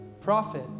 prophet